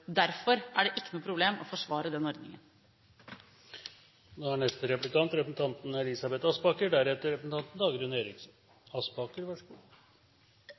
Derfor er det ikke noe problem å forsvare den